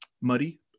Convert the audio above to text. muddy